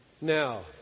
Now